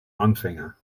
anfänger